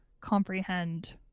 comprehend